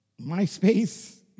MySpace